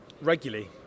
Regularly